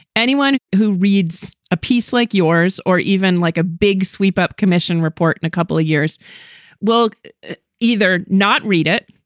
anyone who reads a piece like yours or even like a big sweep up commission report in a couple of years will either not read it,